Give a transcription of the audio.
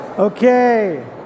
Okay